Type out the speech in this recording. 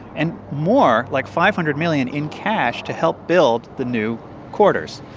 and more like five hundred million in cash to help build the new quarters.